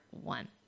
one